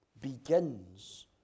begins